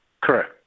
Correct